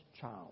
child